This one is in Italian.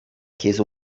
chiesa